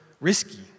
risky